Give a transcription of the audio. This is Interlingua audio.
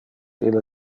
ille